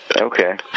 Okay